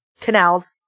canals